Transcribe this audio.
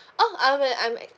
I'm~ I'm act~